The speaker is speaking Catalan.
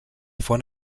font